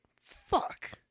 fuck